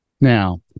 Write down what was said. Now